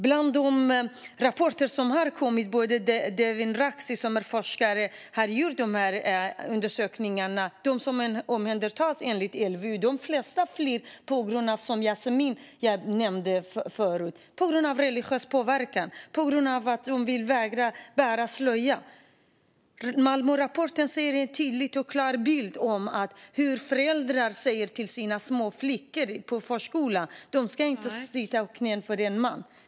Enligt de rapporter som har kommit - bland annat har forskaren Devin Rexvid gjort undersökningar om detta - har de flesta av dem som omhändertagits enligt LVU flytt, såsom Jasmine som jag nämnde, på grund av religiös påverkan eller för att de vägrar bära slöja. Malmörapporten ger en tydlig och klar bild av hur föräldrar säger till sina små flickor i förskolan att de inte ska sitta i knät på en man.